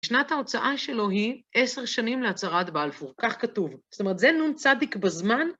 שנת ההוצאה שלו היא עשר שנים להצהרת באלפור, כך כתוב. זאת אומרת, זה נ"צ בזמן